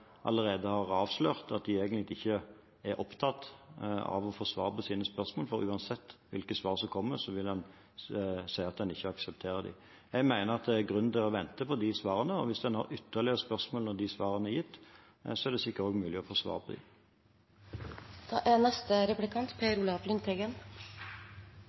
allerede har avslørt at de egentlig ikke er opptatt av å få svar på sine spørsmål, for uansett hvilke svar som kommer, vil man si at man ikke aksepterer dem. Jeg mener det er grunn til å vente på de svarene, og hvis man har ytterligere spørsmål når svarene er gitt, er det sikkert mulig å få svar på